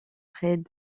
près